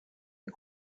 est